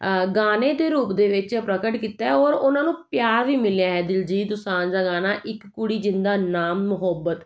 ਆ ਗਾਣੇ ਦੇ ਰੂਪ ਦੇ ਵਿੱਚ ਪ੍ਰਗਟ ਕੀਤਾ ਔਰ ਉਹਨਾਂ ਨੂੰ ਪਿਆਰ ਵੀ ਮਿਲਿਆ ਦਿਲਜੀਤ ਦੁਜਾਂਝ ਦਾ ਗਾਣਾ ਇੱਕ ਕੁੜੀ ਜਿੰਦਾ ਨਾਮ ਮੁਹੱਬਤ